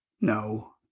No